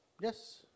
Yes